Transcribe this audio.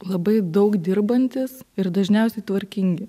labai daug dirbantys ir dažniausiai tvarkingi